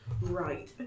Right